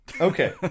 Okay